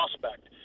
prospect